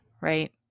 right